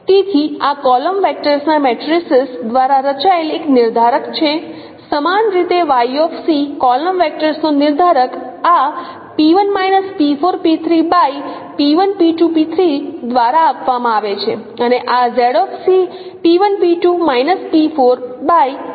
તેથી આ column vectors ના મેટ્રિસીસ દ્વારા રચાયેલ એક નિર્ધારક છે સમાન રીતે કોલમ વેક્ટર્સનો નિર્ધારક આ દ્વારા આપવામાં આવે છે અને આ દ્વારા આપવામાં આવે છે